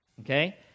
okay